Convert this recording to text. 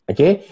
Okay